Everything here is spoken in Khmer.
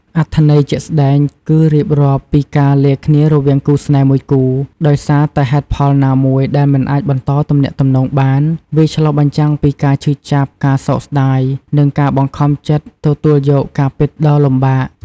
អត្ថន័យជាក់ស្តែង គឺរៀបរាប់ពីការលាគ្នារវាងគូស្នេហ៍មួយគូ ដោយសារតែហេតុផលណាមួយដែលមិនអាចបន្តទំនាក់ទំនងបាន។ វាឆ្លុះបញ្ចាំងពីការឈឺចាប់ ការសោកស្តាយ និងការបង្ខំចិត្តទទួលយកការពិតដ៏លំបាក